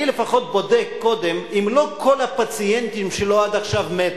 אני לפחות בודק קודם אם לא כל הפציינטים שלו עד עכשיו מתו,